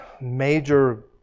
major